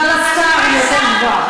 הזיקה לשר היא יותר גבוהה.